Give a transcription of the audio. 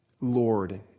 Lord